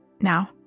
Now